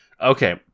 Okay